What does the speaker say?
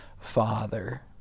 father